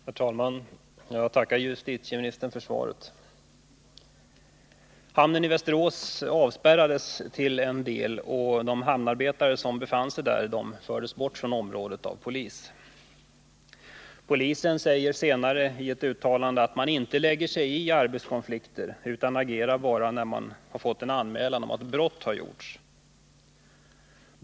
Herr talman! Jag tackar justitieministern för svaret. Hamnen i Västerås avspärrades till en del, och de hamnarbetare som befann sig där fördes bort från området av polis. Polisen säger senare i ett uttalande att man inte lägger sig i arbetskonflikter utan agerar bara när man har fått en anmälan om att brott har begåtts.